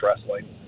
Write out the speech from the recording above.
wrestling